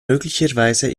möglicherweise